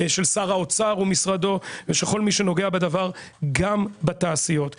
של שר האוצר ומשרדו ושל כל מי שנוגע בדבר גם בתעשיות.